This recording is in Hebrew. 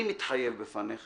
אני מתחייב בפניך